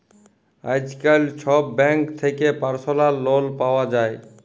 আইজকাল ছব ব্যাংক থ্যাকে পার্সলাল লল পাউয়া যায়